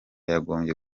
yagombye